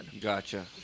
Gotcha